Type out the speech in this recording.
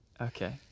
Okay